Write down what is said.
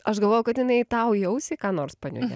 aš galvojau kad jinai tau į ausį ką nors paniūnia